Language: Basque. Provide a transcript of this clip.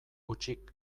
hutsik